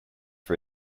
for